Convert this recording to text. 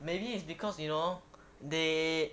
maybe it's because you know they